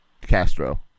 Castro